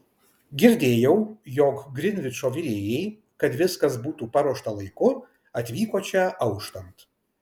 girdėjau jog grinvičo virėjai kad viskas būtų paruošta laiku atvyko čia auštant